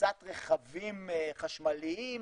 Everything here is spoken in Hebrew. כניסת רכבים חשמליים,